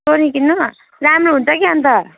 Sony किन्नु न राम्रो हुन्छ के अनि त